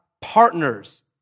partners